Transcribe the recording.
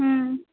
ह्म्म